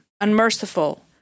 unmerciful